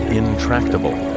intractable